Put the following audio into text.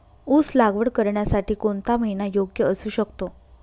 ऊस लागवड करण्यासाठी कोणता महिना योग्य असू शकतो?